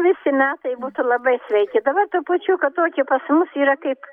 visi metai būtų labai sveiki dabar trupučiuką tokia pas mus yra kaip